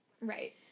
right